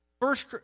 First